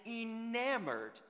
enamored